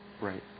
right